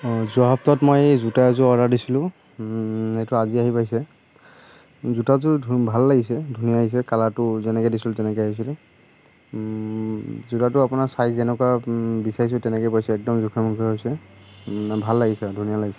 অঁ যোৱা সপ্তাহত মই জোতা এযোৰ অৰ্ডাৰ দিছিলোঁ এইটো আজি আহি পাইছে জোতাজোৰ ভাল লাগিছে ধুনীয়া আহিছে কালাৰটো যেনেকে দিছিলোঁ তেনেকৈ আহিছিলে জোতাটো আপোনাৰ ছাইজ যেনেকুৱা বিচাৰিছোঁ তেনেকেই পাইছোঁ একদম জুখে মুখে হৈছে ভাল লাগিছে আৰু ধুনীয়া লাগিছে